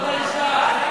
כן, בבקשה?